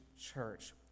church